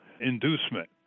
inducement